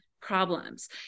problems